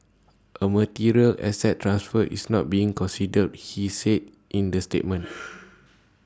A material asset transfer is not being considered he said in the statement